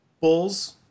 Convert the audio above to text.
Bulls